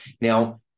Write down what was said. Now